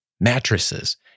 mattresses